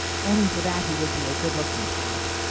only for that he would be a good-looking cat.